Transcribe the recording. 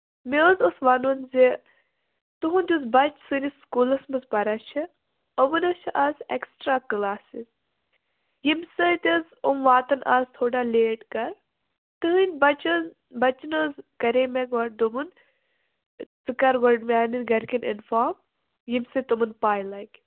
مےٚ حظ اوس وَنُن زِ تُہُنٛد یُس بَچہٕ سٲنِس سکوٗلَس منٛز پَران چھُ یِمَن حظ چھِ اَز اٮ۪کٔسٹرا کٔلاسٔز ییٚمہِ سۭتۍ حظ یِم واتن اَز تھوڑا لیٹ گرٕ تُہٕنٛدۍ بَچہٕ حظ بَچن حظ کریے مےٚ گۄڈٕ دوٚپُن ژٕ کَر گۄڈٕ میٛٲنٮ۪ن گرِکٮ۪ن اِنفارم ییٚمہِ سۭتۍ تِمَن پَے لَگہِ